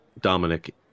Dominic